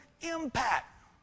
impact